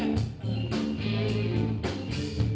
and the